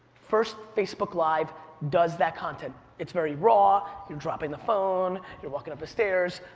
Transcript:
first facebook live does that content. it's very raw, you're dropping the phone, you're walking up the stairs,